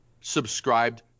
subscribed